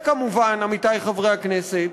וכמובן, עמיתי חברי הכנסת,